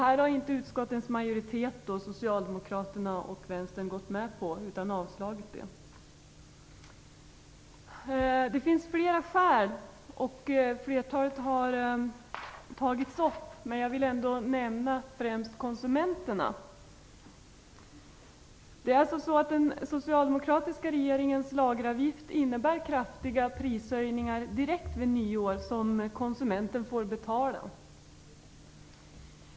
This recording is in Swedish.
Detta har inte utskottets majoritet - socialdemokraterna och vänstern - gått med på, utan man har avstyrkt vår begäran. Det finns flera skäl av vilka flertalet redan har tagits upp. Men jag vill ändå nämna främst konsumenterna. Den av den socialdemokratiska regeringen föreslagna lageravgiften innebär kraftiga prishöjningar direkt vid nyår, som konsumenten får betala.